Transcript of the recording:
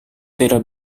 tidak